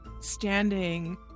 standing